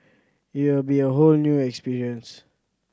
it will be a whole new experience